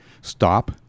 stop